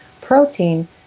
protein